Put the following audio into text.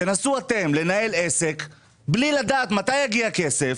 תנסו אתם לנהל עסק בלי לדעת מתי יגיע הכסף,